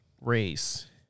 race